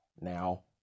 now